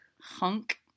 hunk